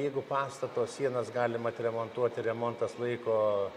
jeigu pastato sienas galima atremontuot ir remontas laiko